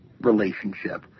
relationship